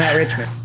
richmond,